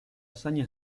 azaña